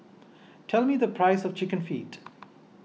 tell me the price of Chicken Feet